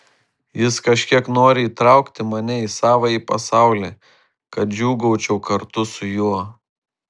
jis kažkiek nori įtraukti mane į savąjį pasaulį kad džiūgaučiau kartu su juo